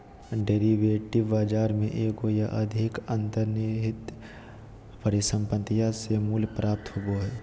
derivative बाजार में एगो या अधिक अंतर्निहित परिसंपत्तियों से मूल्य प्राप्त होबो हइ